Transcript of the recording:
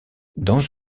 dans